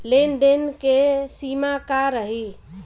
लेन देन के सिमा का रही?